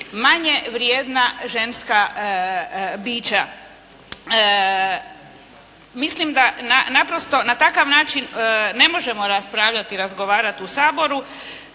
manje vrijedna ženska bića. Mislim da naprosto na takav način ne možemo raspravljati i razgovarati u Saboru.